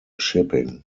shipping